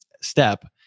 step